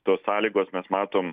tos sąlygos mes matom